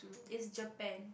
is Japan